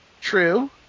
True